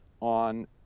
on